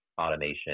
automation